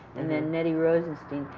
and then nettie rosenstein.